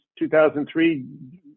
2003